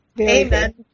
amen